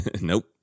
Nope